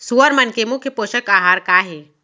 सुअर मन के मुख्य पोसक आहार का हे?